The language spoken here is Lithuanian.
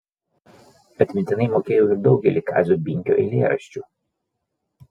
atmintinai mokėjau ir daugelį kazio binkio eilėraščių